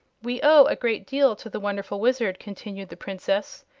we owe a great deal to the wonderful wizard, continued the princess,